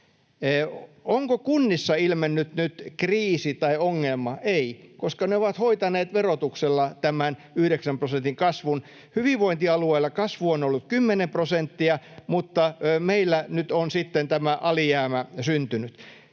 Onko kunnissa ilmennyt nyt kriisi tai ongelma? Ei, koska ne ovat hoitaneet verotuksella tämän yhdeksän prosentin kasvun. Hyvinvointialueilla kasvu on ollut kymmenen prosenttia, mutta meillä nyt on tämä alijäämä syntynyt.